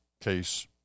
case